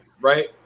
right